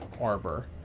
Arbor